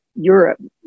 Europe